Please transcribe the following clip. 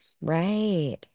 Right